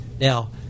Now